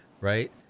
right—